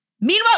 Meanwhile